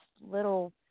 little